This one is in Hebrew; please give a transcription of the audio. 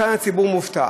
כאן הציבור מופתע.